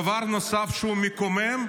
דבר נוסף שהוא מקומם,